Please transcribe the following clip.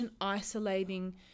isolating